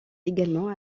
également